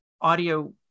audio